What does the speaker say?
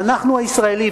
ה"אנחנו" הישראלי.